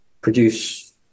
produce